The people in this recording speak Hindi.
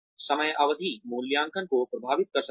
समयावधि मूल्यांकन को प्रभावित कर सकती है